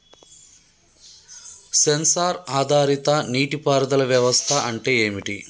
Censor ఆధారిత నీటి పారుదల వ్యవస్థ అంటే ఏమిటి?